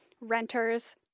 renters